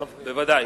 בוודאי.